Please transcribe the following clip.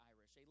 Irish